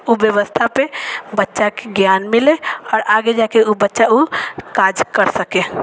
ओ व्यवस्था पे बच्चा के ज्ञान मिलै आओर आगे जाके ओ बच्चा ओ काज कर सके